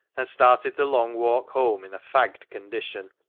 and started the long walk home in a fagged condition.